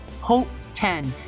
HOPE10